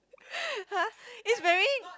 !huh! is very